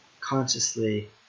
consciously